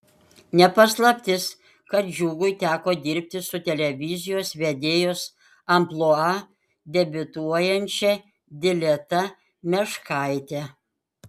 ne paslaptis kad džiugui teko dirbti su televizijos vedėjos amplua debiutuojančia dileta meškaite